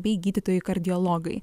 bei gydytojai kardiologai